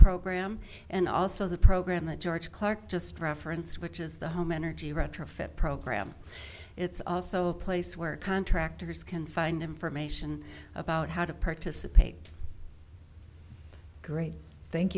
program and also the program that george clark just referenced which is the home energy retrofit program it's also a place where contractors can find information about how to participate great thank